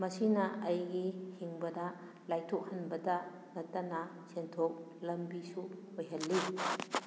ꯃꯁꯤꯅ ꯑꯩꯒꯤ ꯍꯤꯡꯕꯗ ꯂꯥꯏꯊꯣꯛꯍꯟꯕꯇ ꯅꯠꯇꯅ ꯁꯦꯟꯊꯣꯛ ꯂꯝꯕꯤꯁꯨ ꯑꯣꯏꯍꯜꯂꯤ